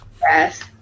Yes